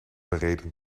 bereden